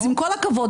עם כל הכבוד,